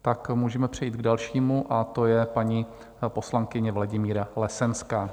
Tak můžeme přejít k dalšímu a to je paní poslankyně Vladimíra Lesenská.